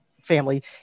family